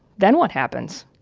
then what happens?